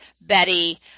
Betty